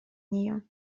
нее